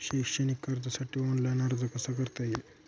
शैक्षणिक कर्जासाठी ऑनलाईन अर्ज कसा करता येईल?